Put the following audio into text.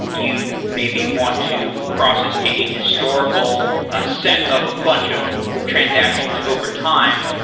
you maybe want to process a historical ah set of a bunch of transactions overtime.